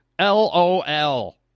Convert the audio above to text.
LOL